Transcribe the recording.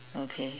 okay